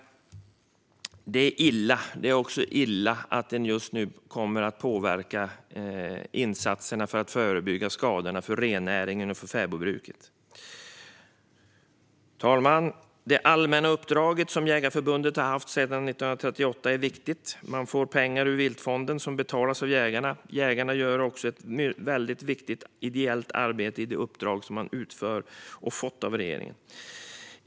Det är illa. Det är också illa att detta just nu kommer att påverka insatserna för att förebygga skador för rennäringen och fäbodbruket. Herr talman! Det allmänna uppdrag som Jägareförbundet har haft sedan 1938 är viktigt. Man får pengar ur viltfonden som betalas av jägarna. Jägarna gör också ett väldigt viktigt ideellt arbete i det uppdrag som de har fått av regeringen.